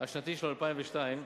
השנתי שלו ל-2002,